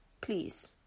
please